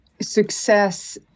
Success